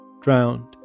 drowned